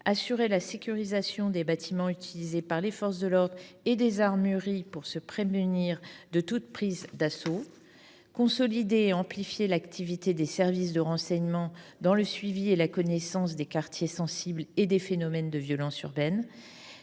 assurer la sécurisation des bâtiments utilisés par les forces de l’ordre et des armureries pour se prémunir de toute prise d’assaut ; consolider et amplifier l’activité des services de renseignement dans le suivi et la connaissance des « quartiers sensibles » et des phénomènes de violences urbaines